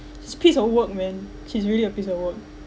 she's a piece of work man she's really a piece of work